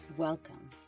Welcome